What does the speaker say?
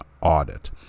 audit